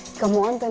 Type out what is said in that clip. come on.